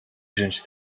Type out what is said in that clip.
wziąć